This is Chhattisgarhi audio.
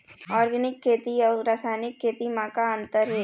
ऑर्गेनिक खेती अउ रासायनिक खेती म का अंतर हे?